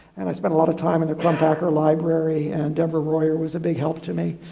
and i spent a lot of time in the crumpacker library and debra royer was a big help to me.